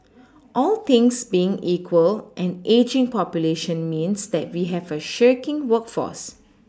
all things being equal an ageing population means that we have a shirking workforce